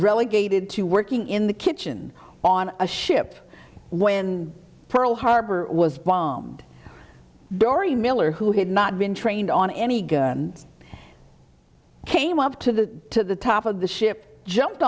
relegated to working in the kitchen on a ship when pearl harbor was bombed dorie miller who had not been trained on any guns came up to the top of the ship jumped